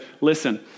listen